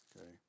Okay